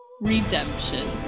Redemption